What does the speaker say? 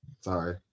Sorry